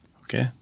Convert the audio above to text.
Okay